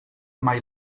mai